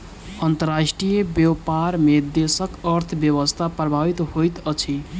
अंतर्राष्ट्रीय व्यापार में देशक अर्थव्यवस्था प्रभावित होइत अछि